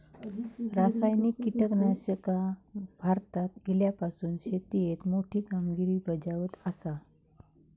रासायनिक कीटकनाशका भारतात इल्यापासून शेतीएत मोठी कामगिरी बजावत आसा